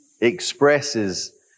expresses